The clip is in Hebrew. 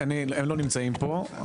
הם לא נמצאים פה.